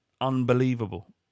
unbelievable